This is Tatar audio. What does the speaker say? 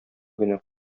генә